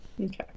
Okay